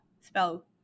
spell